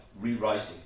rewriting